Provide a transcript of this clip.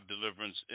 Deliverance